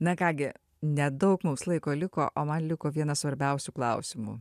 na ką gi nedaug mums laiko liko o man liko vienas svarbiausių klausimų